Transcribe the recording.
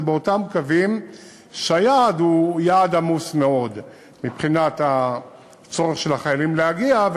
אלה אותם קווים שבהם היעד הוא עמוס מאוד מבחינת הצורך של החיילים להגיע,